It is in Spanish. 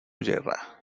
yerra